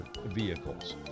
vehicles